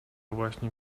właśnie